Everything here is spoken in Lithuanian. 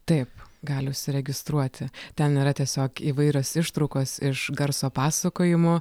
taip gali užsiregistruoti ten yra tiesiog įvairios ištraukos iš garso pasakojimų